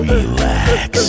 Relax